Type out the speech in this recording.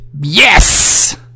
Yes